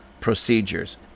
procedures